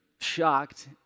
shocked